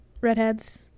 redheads